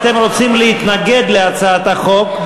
אם אתם רוצים להתנגד להצעת החוק,